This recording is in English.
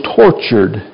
tortured